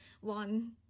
one